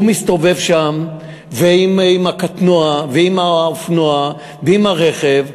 והוא מסתובב שם עם הקטנוע, עם האופנוע ועם הרכב.